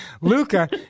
Luca